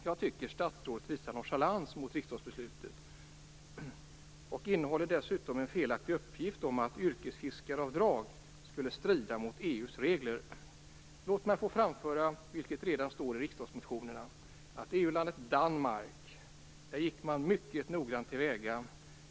Jag tycker att statsrådets svar visar nonchalans mot riksdagsbeslutet och innehåller dessutom en felaktig uppgift om att ett yrkesfiskaravdrag skulle strida mot EU:s regler. Låt mig få framföra, vilket redan står i riksdagsmotioner, att man i EU landet Danmark gick mycket noggrant till väga.